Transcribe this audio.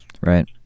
Right